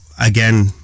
again